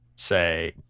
say